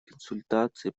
консультации